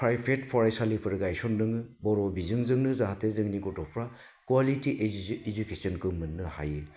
private फरायसालिफोर गायसनदों बर' बिजोंजोंनो जाहाथे जोंनि गथ'फ्रा कुवालिटि इडुकेसनखौ मोननो हायो